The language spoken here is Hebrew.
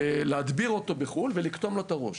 להדביר אותו בחו"ל ולקטום לו את הראש.